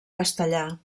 castellà